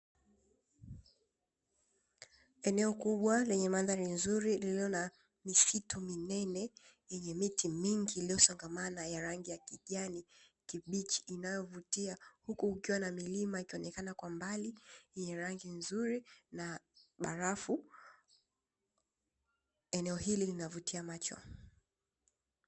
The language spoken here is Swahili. Eneo kubwa lenye mandhari nzuri lililo na misitu minene yenye miti mingi iliyosakamana ya rangi ya kijani kibichi inayovutia, huku ukiwa na milima ikaonekana kwa mbali ya rangi nzuri na barafu eneo hili linavutia macho.